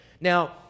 Now